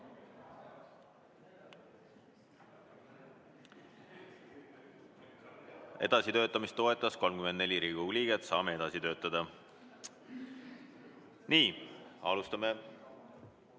Edasi töötamist toetas 34 Riigikogu liiget. Saame edasi töötada. Nii, alustame